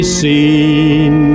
seen